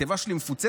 התיבה שלי מפוצצת,